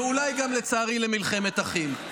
ואולי גם, לצערי, למלחמת אחים.